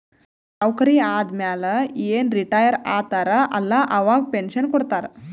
ನೌಕರಿ ಆದಮ್ಯಾಲ ಏನ್ ರಿಟೈರ್ ಆತಾರ ಅಲ್ಲಾ ಅವಾಗ ಪೆನ್ಷನ್ ಕೊಡ್ತಾರ್